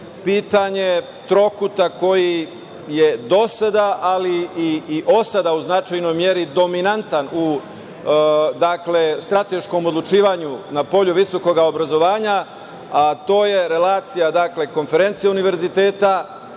pitanje trokuta koji je do sada, ali i od sada u značajnoj meri dominantan u strateškom odlučivanju na polju visokog obrazovanja, a to je relacija Konferencije univerziteta,